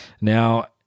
Now